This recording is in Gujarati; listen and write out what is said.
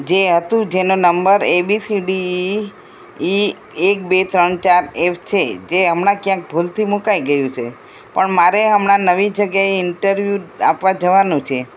જે હતું જેનો નંબર A B C D E A એક બે ત્રણ ચાર એફ છે જે હમણાં ક્યાંક ભૂલથી મુકાઈ ગયું છે પણ મારે હમણાં નવી જગ્યાએ ઇન્ટરવ્યુ આપવા જવાનું છે